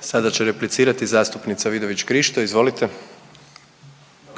(HDZ)** Sada će replicirati zastupnica Vidović Krišto, izvolite.